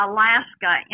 Alaska